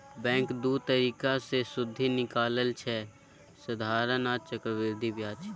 bank दु तरीका सँ सुदि निकालय छै साधारण आ चक्रबृद्धि ब्याज